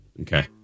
Okay